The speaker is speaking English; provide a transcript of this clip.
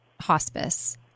hospice